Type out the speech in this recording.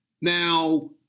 Now